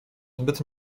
zbyt